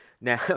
Now